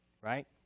Right